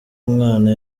umwana